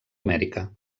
amèrica